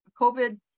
COVID